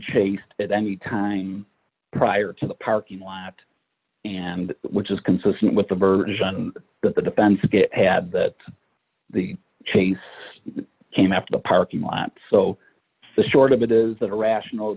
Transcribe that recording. chased at any time prior to the parking lot and which is consistent with the version that the defense had that the case came after the parking lot so the short of it is that a rational